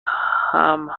همست